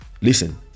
listen